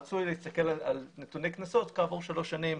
רצוי להסתכל על נתוני קנסות כעבור שלוש שנים,